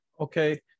Okay